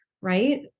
right